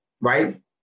right